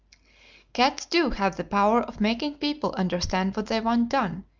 cats do have the power of making people understand what they want done,